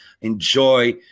enjoy